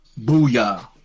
Booyah